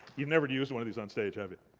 you've never used one of these on stage, have you?